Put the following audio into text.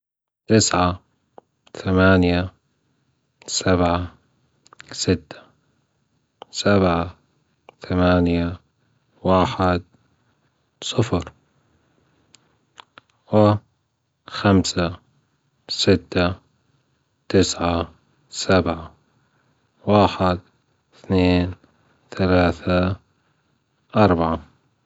تسعة ثمانية سبعة ستة سبعة ثمانية واحد صفر و خمسة ستة تسعة سبعة واحد أثنين ثلاثة أربعة.